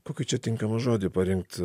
kokį čia tinkamą žodį parinkt